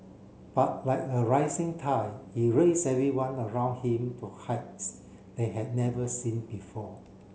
but like a rising tide he raised everyone around him to heights they had never seen before